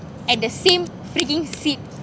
at the same freaking seat